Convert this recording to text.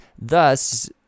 Thus